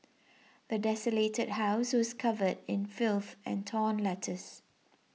the desolated house was covered in filth and torn letters